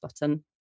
button